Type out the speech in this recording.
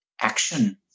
action